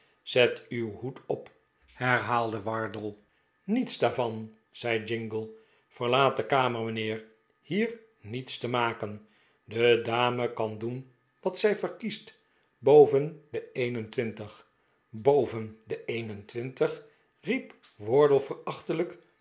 zet uw hoed op herhaalde wardle niets daarvan zei jingle veriaat de kamer mijnheer hier niets te maken de dame kan doen wat zij verkiest boven de een en twintig boven de een